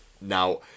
now